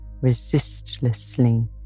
resistlessly